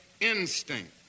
instinct